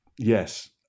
yes